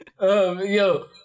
yo